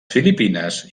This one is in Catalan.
filipines